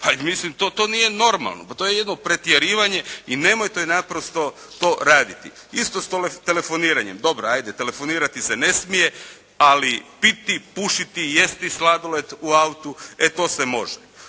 mislim to nije normalno! Pa to je jedno pretjerivanje i nemojte naprosto to raditi! Isto s telefoniranjem. Dobro ajde, telefonirati se ne smije. Ali piti, pušiti, jesti sladoled u autu e to se može.